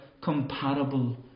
comparable